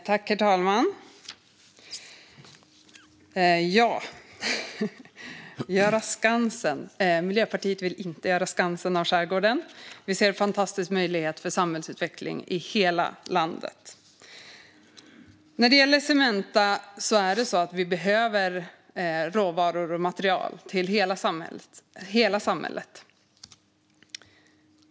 Herr talman! Att göra Skansen - Miljöpartiet vill inte göra Skansen av skärgården. Vi ser en fantastisk möjlighet för samhällsutveckling i hela landet. När det gäller Cementa behöver vi råvaror och material till hela samhället.